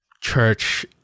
church